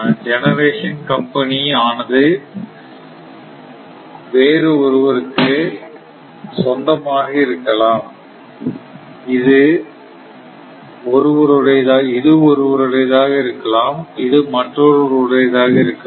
generation company அவனது வேறு ஒருவருக்கு சொந்தமாக இருக்கலாம் இது ஒருவருடையதாக இருக்கலாம் இது மற்றொருவர் உடையதாக இருக்கலாம்